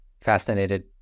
fascinated